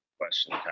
question